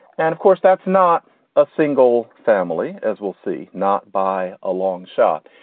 and of course, that's not a single family, as we'll see, not by a long shot.